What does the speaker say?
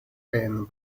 and